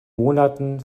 monaten